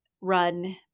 run